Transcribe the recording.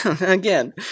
again